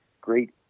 great